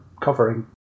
covering